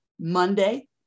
Monday